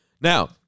Now